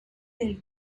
del